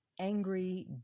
angry